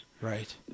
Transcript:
Right